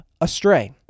astray